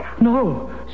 No